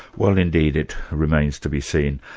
well indeed it remains to be seen.